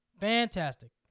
Fantastic